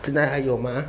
现在还有吗